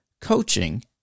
coaching